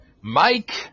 Mike